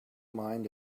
mind